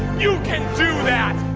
you can do